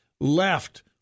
left